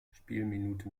spielminute